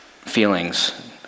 feelings